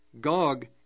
Gog